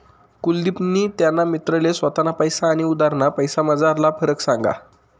कुलदिपनी त्याना मित्रले स्वताना पैसा आनी उधारना पैसासमझारला फरक सांगा